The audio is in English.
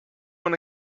want